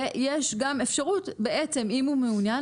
ויש גם אפשרות בעצם אם הוא מעוניין,